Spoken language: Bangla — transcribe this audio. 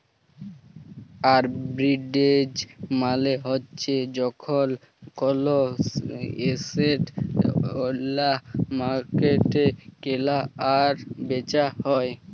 আরবিট্রেজ মালে হ্যচ্যে যখল কল এসেট ওল্য মার্কেটে কেলা আর বেচা হ্যয়ে